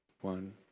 one